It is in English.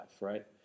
right